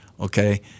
Okay